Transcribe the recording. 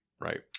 Right